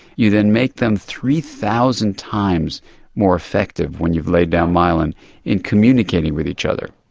you then make them three thousand times more effective when you've laid down myelin in communicating with each other.